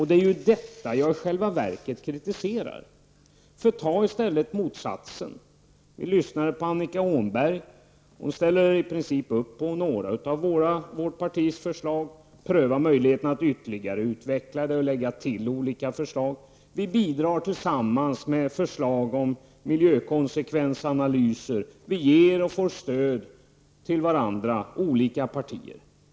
Det är detta som jag i själva verket kritiserar. Ta i stället motsatsen! Vi lyssnade ju nyss på Annika Åhnberg, som i princip ställer upp på några av folkpartiets förslag. Det gäller att pröva möjligheterna till vidareutveckling och att lägga till olika förslag. Tillsammans bidrar vi med förslag om miljökonsekvensanalyser. Vi ger stöd till och får stöd av varandra partier emellan.